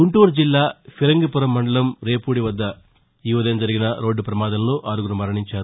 గుంటూరు జిల్లా ఫిరంగిపురం మండలం రేపూడి వద్ద ఈ ఉదయం జరిగిన రోడ్లు ప్రమాదంలో ఆరుగురు మరణించారు